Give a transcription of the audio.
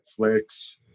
Netflix